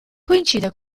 coincide